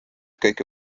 kõike